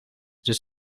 dus